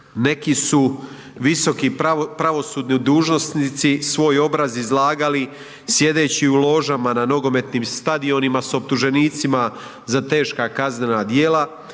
Neki su visoki pravosudni dužnosnici svoj obraz izlagali sjedeći u ložama na nogometnim stadionima sa optuženicima za teška kaznena djela